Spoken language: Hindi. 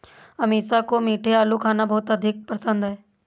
अमीषा को मीठे आलू खाना बहुत अधिक पसंद है